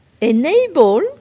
Enable